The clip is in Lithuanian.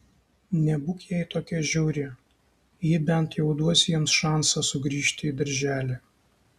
nebūk jai tokia žiauri ji bent jau duos jiems šansą sugrįžti į darželį